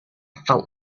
felt